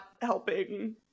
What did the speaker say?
helping